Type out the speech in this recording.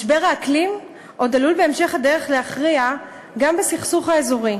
משבר האקלים עוד עלול בהמשך הדרך להכריע גם בסכסוך האזורי.